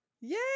Yay